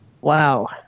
Wow